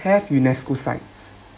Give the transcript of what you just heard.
have UNESCO sites